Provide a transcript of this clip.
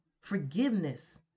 forgiveness